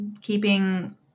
keeping